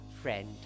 friend